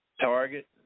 Target